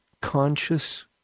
conscious